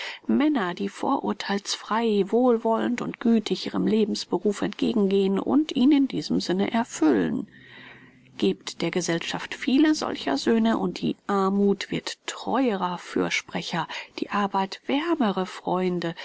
männer die vorurtheilsfrei wohlwollend und gütig ihrem lebensberuf entgegengehen und ihn in diesem sinne erfüllen gebt der gesellschaft viele solcher söhne und die armuth wird treuere fürsprecher die arbeit wärmere freunde